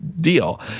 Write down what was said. deal